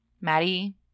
Maddie